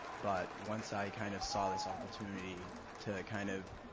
but once i kind of saw this opportunity to kind of